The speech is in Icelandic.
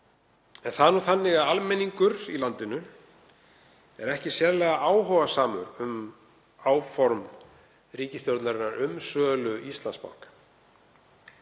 starfsemi. Almenningur í landinu er ekki sérlega áhugasamur um áform ríkisstjórnarinnar um sölu Íslandsbanka